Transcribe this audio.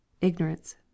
Ignorance